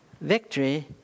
victory